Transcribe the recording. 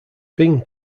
bing